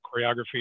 choreography